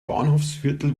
bahnhofsviertel